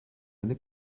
eine